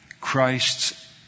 Christ's